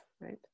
Right